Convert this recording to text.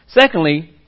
Secondly